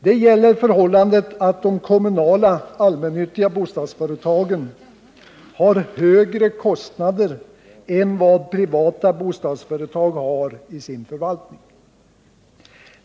Det gäller det förhållandet att de kommunala allmännyttiga bostadsföretagen har högre kostnader än vad privata bostadsföretag har i sin förvaltning.